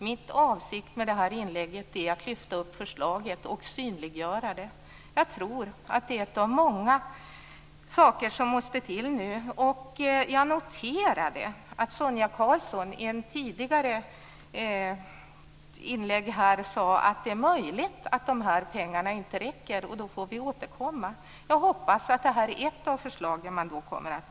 Min avsikt med detta inlägg är i stället att lyfta fram förslaget och att synliggöra detsamma. Jag tror att det är en av många saker som nu måste till. Jag noterade att Sonia Karlsson tidigare i ett inlägg sade att det är möjligt att de här pengarna inte räcker och att man då får återkomma. Jag hoppas att det här är ett av de förslag som man då beaktar.